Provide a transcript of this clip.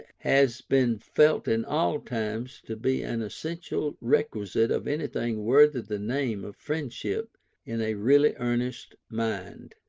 has been felt in all times to be an essential requisite of anything worthy the name of friendship in a really earnest mind.